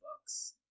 books